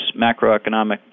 macroeconomic